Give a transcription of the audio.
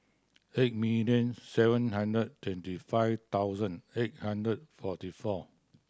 eight million seven hundred twenty five thousand eight hundred forty four